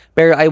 Pero